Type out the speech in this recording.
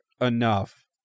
enough